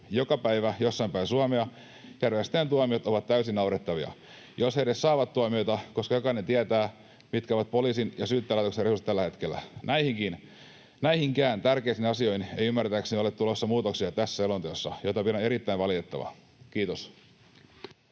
joka päivä jossain päin Suomea. Ja ryöstäjien tuomiot ovat täysin naurettavia, jos he edes saavat tuomioita, koska jokainen tietää, mitkä ovat poliisin ja Syyttäjälaitoksen resurssit tällä hetkellä. Näihinkään tärkeisiin asioihin ei ymmärtääkseni ole tulossa muutoksia tässä selonteossa, mitä pidän erittäin valitettavana. — Kiitos.